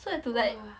so have to like